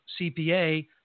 CPA